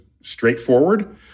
straightforward